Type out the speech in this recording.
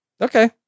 Okay